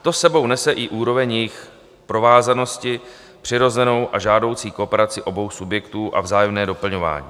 To s sebou nese i úroveň jejich provázanosti, přirozenou a žádoucí kooperaci obou subjektů a vzájemné doplňování.